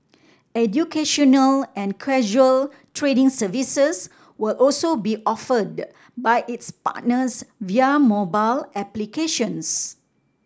educational and casual trading services will also be offered by its partners via mobile applications